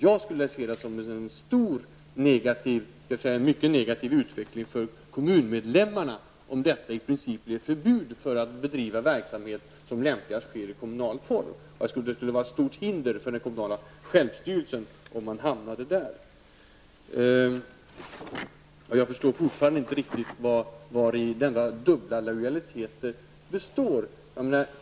Jag skulle se det som en mycket negativ utveckling för kommunmedlemmarna om det i princip blev förbjudet att bedriva verksamhet som lämpligast sker i kommunal form. Jag tror det skulle vara ett stort hinder för den kommunala självstyrelsen om man hamnade där. Jag förstår fortfarande inte i vad dessa dubbla lojaliteter består.